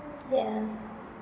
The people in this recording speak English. yeah